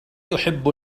يحب